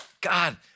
God